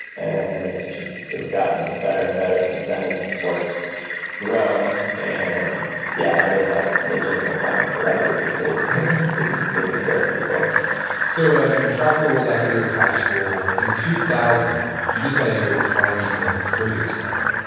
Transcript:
and then it's just sort of gotten better and better since then as the sports grown and yeah now there's legitimate climbing celebrities, which really didn't didn't exist before so you've been traveling the world after high school. in two thousand, you decided to go climbing in kurdistan,